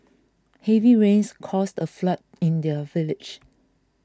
heavy rains caused a flood in their village